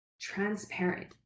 transparent